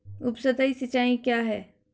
उपसतही सिंचाई क्या है?